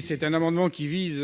Cet amendement vise